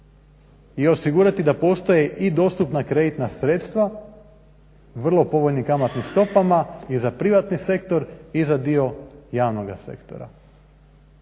i osigurati da postoji i dostupna kreditna sredstva, vrlo povoljnim kamatnim stopama i za privatni sektor i za dio javnoga sektora.